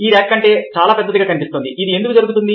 ఈ రేఖ కంటే చాలా పెద్దదిగా కనిపిస్తోంది ఇది ఎందుకు జరుగుతుంది